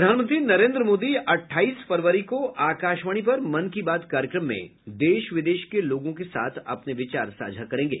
प्रधानमंत्री नरेन्द्र मोदी अट्ठाईस फरवरी को आकाशवाणी पर मन की बात कार्यक्रम में देश विदेश के लोगों के साथ अपने विचार साझा करेंगे